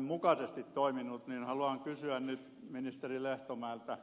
mukaisesti toiminut niin haluan kysyä nyt ministeri lehtomäeltä